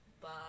Bye